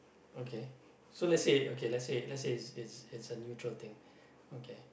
okay so let's say okay let's say it's a neutral thing